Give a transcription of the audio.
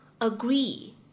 agree